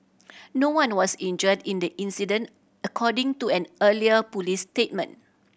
no one was injured in the incident according to an earlier police statement